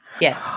Yes